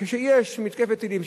כשיש מתקפת טילים,